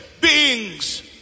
beings